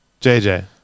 JJ